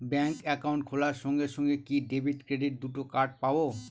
Bank account খোলার সঙ্গে সঙ্গে কি ডেবিট ক্রেডিট দুটো কার্ড পাবো?